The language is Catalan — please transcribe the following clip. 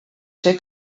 ser